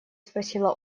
спросила